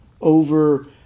over